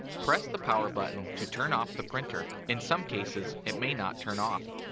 press the power button to turn off the printer. in some cases it may not turn off.